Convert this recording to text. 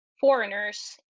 foreigners